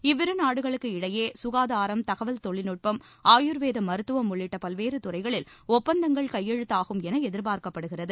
இவ்விரு நாடுகளுக்கு இடையே சுகாதாரம் தகவல் தொழில்நுட்பம் ஆயுர்வேத மருத்துவம் உள்ளிட்ட பல்வேறு துறைகளில் ஒப்பந்தங்கள் கையெழுத்தாகும் என எதிர்பார்க்கப்படுகிறது